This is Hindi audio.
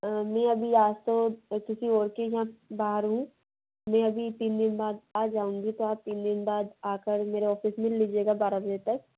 नहीं अभी आज तो किसी और के यहाँ बाहर हूँ मैं अभी तीन दिन बाद आ जाऊंगी तो आप तीन दिन बाद आकर मेरे ऑफिस मिल लीजिएगा बारह बजे तक